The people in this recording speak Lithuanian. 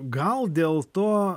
gal dėl to